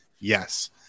Yes